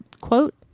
quote